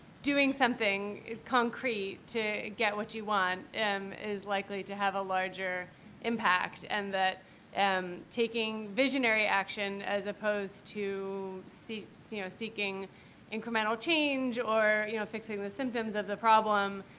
doing something concrete to get what you want is likely to have a larger impact and that um taking visionary action as opposed to, so you know, seeking incremental change or, you know, fixing the symptoms of the problem